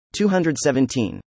217